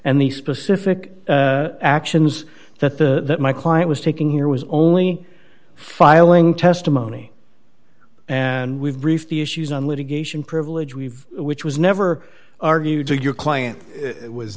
and the specific actions that the my client was taking here was only filing testimony and we've brief the issues on litigation privilege we've which was never argued to your client was